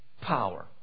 Power